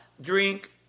drink